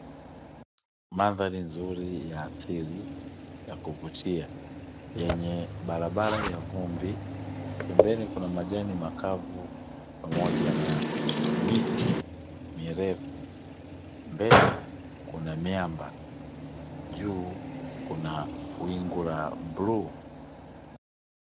Mandhari nzuri ya asili ya kuvutia yenye barabara ya vumbi, pembeni kuna majani makavu pamoja na miti mirefu, mbele kuna miamba, juu kuna wingu la bluu.